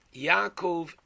Yaakov